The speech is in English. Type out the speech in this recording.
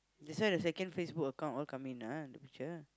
that's why the second Facebook account all come in ah the picture